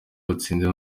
watsinze